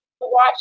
watch